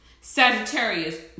Sagittarius